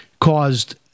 caused